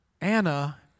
Anna